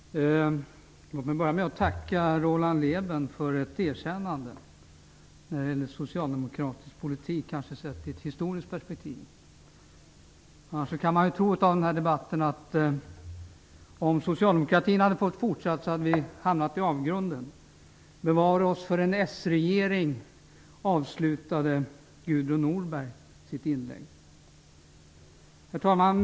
Herr talman! Låt mig börja med att tacka Roland Lében för ett erkännande av socialdemokratisk politik sett i ett historiskt perspektiv. Annars skulle man kunna tro av denna debatt att om socialdemokratin hade fått fortsätta att regera hade vi hamnat i avgrunden. Gudrun Norberg avslutade sitt inlägg med att säga: ''Bevare Sverige för en ny socialdemokratisk regering!'' Herr talman!